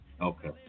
Okay